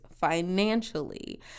financially